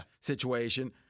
situation